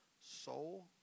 soul